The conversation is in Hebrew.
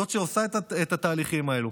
זאת שעושה את התהליכים האלו.